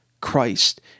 Christ